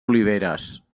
oliveres